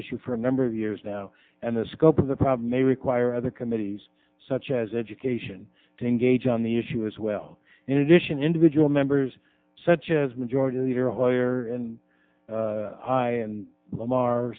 issue for a number of years now and the scope of the problem may require other committees such as education to engage on the issue as well in addition individual members such as majority leader hoyer and lamar